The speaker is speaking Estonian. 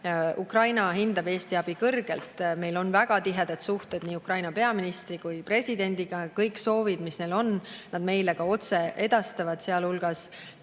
Ukraina hindab Eesti abi kõrgelt. Meil on väga tihedad suhted nii Ukraina peaministri kui ka presidendiga. Kõik soovid, mis neil on, nad meile ka otse edastavad, sealhulgas